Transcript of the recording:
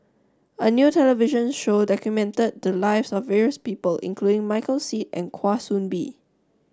a new television show documented the lives of various people including Michael Seet and Kwa Soon Bee